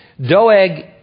Doeg